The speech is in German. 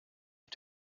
mit